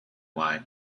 wii